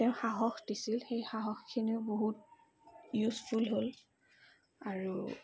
তেওঁ সাহস দিছিল সেই সাহসখিনিও বহুত ইউজফুল হ'ল আৰু